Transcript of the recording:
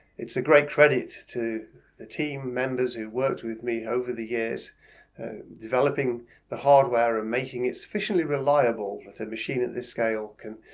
it's a great credit to the team members who worked with me over the years developing the hardware and making it sufficiently reliable that a machine at this scale can